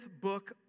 book